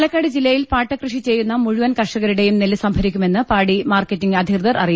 പാലക്കാട് ജില്ലയിൽ പാട്ടകൃഷി ചെയ്യുന്ന മുഴുവൻ കർഷകരുടെയും നെല്ല് സംഭരിക്കുമെന്നു പാടി മാർക്കറ്റിങ് അധികൃതർ അറിയിച്ചു